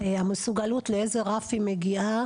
המסוגלות לאיזה רף היא מגיעה,